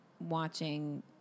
watching